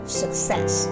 success